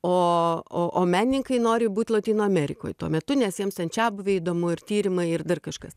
o o o meninkai nori būt lotynų amerikoj tuo metu nes jiems ten čiabuviai įdomu ir tyrimai ir dar kažkas